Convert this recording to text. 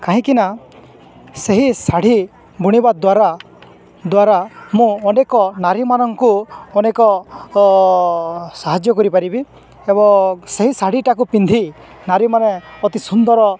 କାହିଁକି ନା ସେହି ଶାଢ଼ୀ ବୁଣିବା ଦ୍ୱାରା ଦ୍ୱାରା ମୁଁ ଅନେକ ନାରୀମାନଙ୍କୁ ଅନେକ ସାହାଯ୍ୟ କରିପାରିବି ଏବଂ ସେହି ଶାଢ଼ୀଟାକୁ ପିନ୍ଧି ନାରୀମାନେ ଅତି ସୁନ୍ଦର